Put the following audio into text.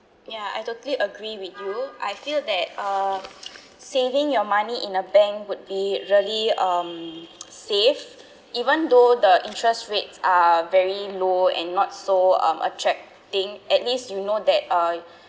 ya I totally agree with you I feel that uh saving your money in a bank would be really um safe even though the interest rates are very low and not so um attracting at least you know that uh